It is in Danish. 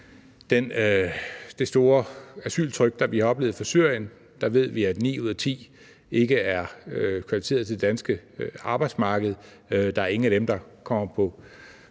det store asyltryk, vi har oplevet fra Syrien, så ved vi, at ni ud af ti ikke er kvalificeret til det danske arbejdsmarked. Der er ingen af dem, der kommer på